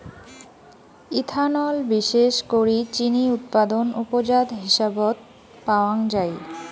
ethanol বিশেষ করি চিনি উৎপাদন উপজাত হিসাবত পাওয়াঙ যাই